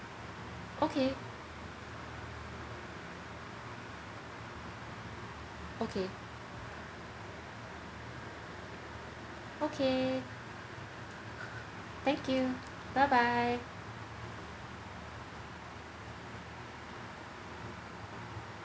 okay okay okay thank you bye bye